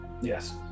Yes